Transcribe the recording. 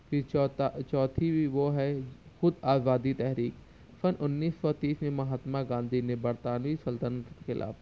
پھر چوتھا چوتھی وہ ہے خود آبادی تحریک سن انیس سو تیس میں مہاتما گاندھی نے برطانوی سلطنت کے خلاف